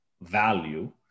value